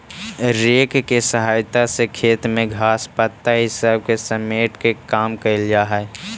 rake के सहायता से खेत में घास, पत्ता इ सब के समेटे के काम कईल जा हई